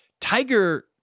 Tiger